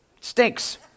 stinks